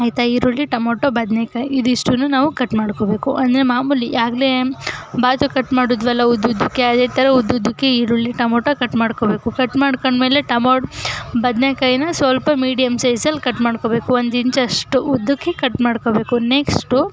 ಆಯಿತಾ ಈರುಳ್ಳಿ ಟೊಮೊಟೊ ಬದನೇಕಾಯಿ ಇದಿಷ್ಟನ್ನೂ ನಾವು ಕಟ್ ಮಾಡ್ಕೊಳ್ಬೇಕು ಅಂದರೆ ಮಾಮೂಲಿ ಆಗಲೇ ಬಾತಿಗೆ ಕಟ್ ಮಾಡಿದ್ವಲ್ಲ ಉದ್ದುದ್ದಕ್ಕೆ ಅದೇ ಥರ ಉದ್ದುದ್ದಕ್ಕೆ ಈರುಳ್ಳಿ ಟೊಮೊಟೊ ಕಟ್ ಮಾಡ್ಕೊಳ್ಬೇಕು ಕಟ್ ಮಾಡಿಕೊಂಡ್ಮೇಲೆ ಟೊಮೊ ಬದನೇಕಾಯಿನ ಸ್ವಲ್ಪ ಮೀಡಿಯಮ್ ಸೈಝಲ್ಲಿ ಕಟ್ ಮಾಡ್ಕೊಳ್ಬೇಕು ಒಂದಿಂಚಷ್ಟು ಉದ್ದಕ್ಕೆ ಕಟ್ ಮಾಡ್ಕೊಳ್ಬೇಕು ನೆಕ್ಸ್ಟು